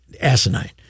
asinine